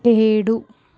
ఏడు